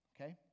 Okay